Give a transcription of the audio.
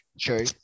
True